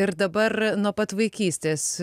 ir dabar nuo pat vaikystės